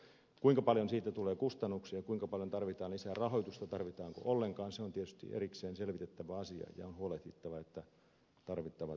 kuinka paljon siitä tulee kustannuksia kuinka paljon tarvitaan lisää rahoitusta tarvitaanko ollenkaan se on tietysti erikseen selvitettävä asia ja on huolehdittava että tarvittavat resurssit varataan